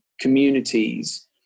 communities